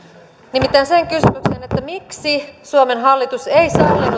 kysymyksen miksi suomen hallitus ei sallinut